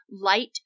Light